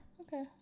Okay